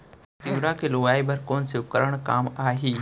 तिंवरा के लुआई बर कोन से उपकरण काम आही?